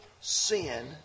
sin